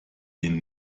den